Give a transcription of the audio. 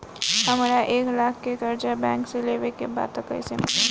हमरा एक लाख के कर्जा बैंक से लेवे के बा त कईसे मिली?